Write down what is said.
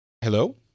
Hello